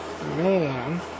Man